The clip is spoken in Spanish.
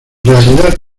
realidad